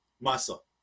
muscle